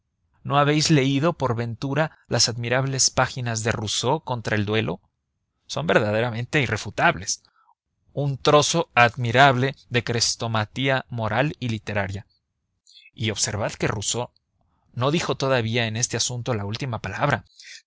no habéis leído por ventura las admirables páginas de rousseau contra el duelo son verdaderamente irrefutables un trozo admirable de crestomatía moral y literaria y observad que rousseau no dijo todavía en este asunto la última palabra